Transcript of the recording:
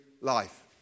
life